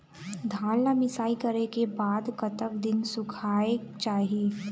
धान ला मिसाई करे के बाद कतक दिन सुखायेक चाही?